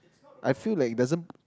I feel like it doesn't